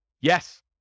Yes